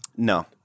No